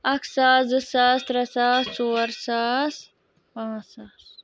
اَکھ ساس زٕ ساس ترٛےٚ ساس ژور ساس پانٛژھ ساس